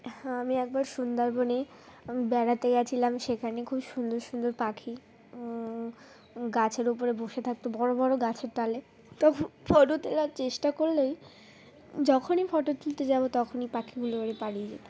হ্যাঁ আমি একবার সুন্দরবনে আমি বেড়াতে গিয়েছিলাম সেখানে খুব সুন্দর সুন্দর পাখি গাছের ওপরে বসে থাকত বড় বড় গাছের ডালে তখন ফটো তোলার চেষ্টা করলেই যখনই ফটো তুলতে যাব তখনই পাখিগুলো উড়ে পালিয়ে যেত